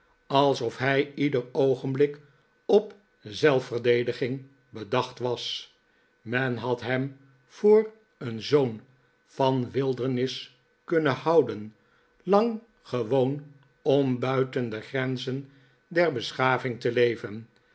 alsof hij ieder oogenblik op zelfverdediging bedacht was men had hem voor een zoon van de wildernis kunnen houden lang gewoon om buiten de grenzen der beschaving te leven